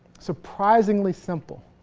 surprisingly simple